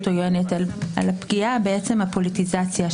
הבעיה היא שזה גזלייטינג,